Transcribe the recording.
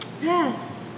Yes